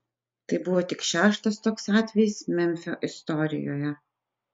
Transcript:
tai buvo tik šeštas toks atvejis memfio istorijoje